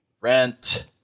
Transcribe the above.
rent